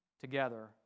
together